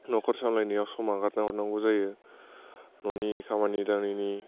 न'खर सालायनायाव सम आगारना हरनांगौ जायो न'नि खामानि दामानि